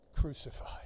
crucified